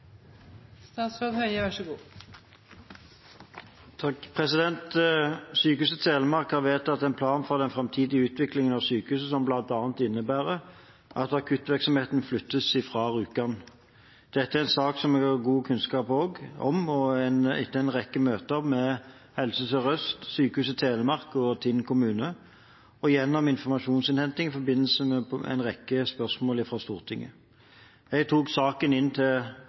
Sykehuset Telemark har vedtatt en plan for den framtidige utviklingen av sykehuset som bl.a. innebærer at akuttvirksomheten flyttes fra Rjukan. Dette er en sak som vi har god kunnskap om, etter en rekke møter med Helse Sør-Øst, Sykehuset Telemark og Tinn kommune og gjennom informasjonsinnhenting i forbindelse med en rekke spørsmål fra Stortinget. Jeg tok saken inn til